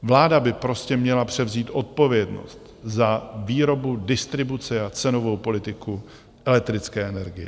Vláda by prostě měla převzít odpovědnost za výrobu, distribuci a cenovou politiku elektrické energie.